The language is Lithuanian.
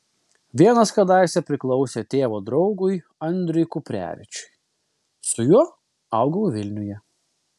vienas kadaise priklausė tėvo draugui andriui kuprevičiui su juo augau vilniuje